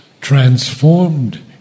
transformed